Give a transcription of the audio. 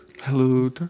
Hello